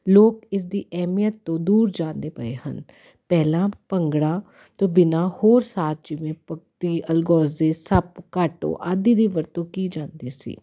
ਲੋਕ ਇਸਦੀ ਅਹਿਮੀਅਤ ਤੋਂ ਦੂਰ ਜਾਂਦੇ ਪਏ ਹਨ ਪਹਿਲਾਂ ਭੰਗੜੇ ਤੋਂ ਬਿਨਾਂ ਹੋਰ ਸਾਜ਼ ਜਿਵੇਂ ਪਕਤੀ ਅਲਗੋਜ਼ੇ ਸੱਪ ਕਾਟੋ ਆਦਿ ਦੀ ਵਰਤੋਂ ਕੀਤੀ ਜਾਂਦੀ ਸੀ